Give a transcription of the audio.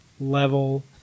level